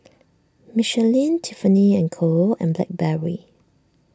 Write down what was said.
Michelin Tiffany and Co and Blackberry